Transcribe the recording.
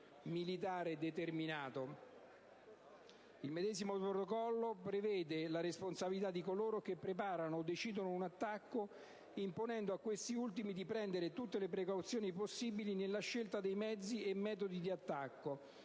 Il medesimo Protocollo prevede la responsabilità di coloro che preparano o decidono un attacco, imponendo a questi ultimi di prendere tutte le precauzioni possibili nella scelta dei mezzi e metodi di attacco,